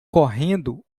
correndo